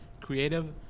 creative